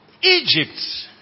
Egypt